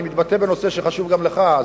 אני מתבטא בנושא שחשוב גם לך,